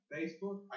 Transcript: Facebook